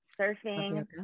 surfing